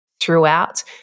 throughout